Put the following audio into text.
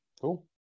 Cool